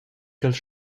ch’els